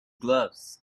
gloves